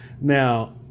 Now